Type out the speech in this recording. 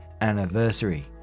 anniversary